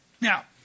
Now